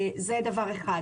שנית,